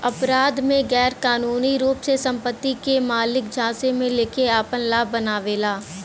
अपराध में गैरकानूनी रूप से संपत्ति के मालिक झांसे में लेके आपन लाभ बनावेला